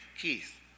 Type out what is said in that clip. Keith